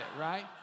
right